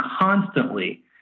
constantly